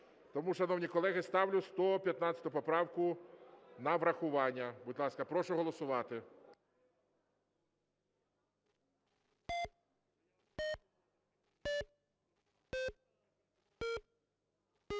Тому, шановні колеги, ставлю 115 поправку на врахування. Будь ласка, прошу голосувати.